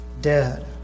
dead